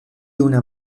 una